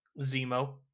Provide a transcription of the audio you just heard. Zemo